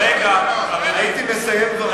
הייתי מסיים כבר מזמן.